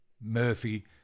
Murphy